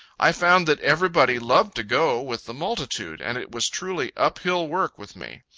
i found that everybody loved to go with the multitude, and it was truly up-hill work with me.